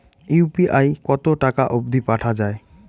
UPI কতো টাকা অব্দি পাঠা যায়?